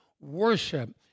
worship